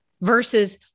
versus